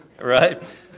Right